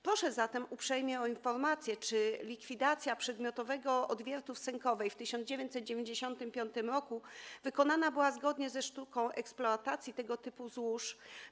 Proszę zatem uprzejmie o informację, czy likwidacja przedmiotowego odwiertu w Sękowej w 1995 r. wykonana była zgodnie ze sztuką eksploatacji tego typu złóż.